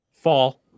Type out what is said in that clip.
Fall